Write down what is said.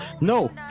no